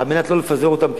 על מנת לא לפזר אותן,